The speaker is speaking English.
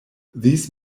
these